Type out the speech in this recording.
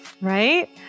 Right